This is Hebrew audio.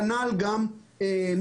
כנ"ל גם מפעלים.